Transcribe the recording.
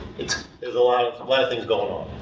there's a lot of. why are things going on.